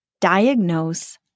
diagnose